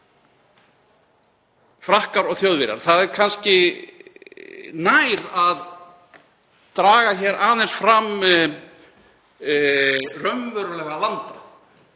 Frakkar og Þjóðverjar. Það er kannski nær að draga hér aðeins fram raunverulegan vanda,